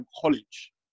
college